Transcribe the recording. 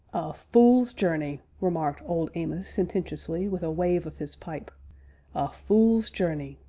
a fule's journey! remarked old amos sententiously, with a wave of his pipe a fule's journey!